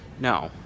no